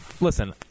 Listen